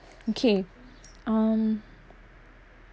okay um